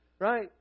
right